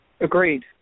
Agreed